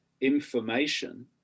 information